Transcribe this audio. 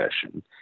session